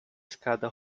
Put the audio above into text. escada